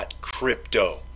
.crypto